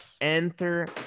Enter